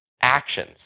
actions